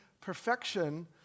perfection